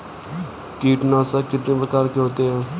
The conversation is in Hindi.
कीटनाशक कितने प्रकार के होते हैं?